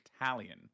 Italian